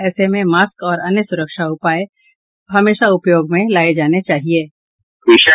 ऐसे में मास्क और अन्य सुरक्षा उपाय हमेशा उपयोग में लाये जाने चाहिये